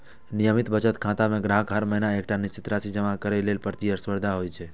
नियमित बचत खाता मे ग्राहक हर महीना एकटा निश्चित राशि जमा करै लेल प्रतिबद्ध होइ छै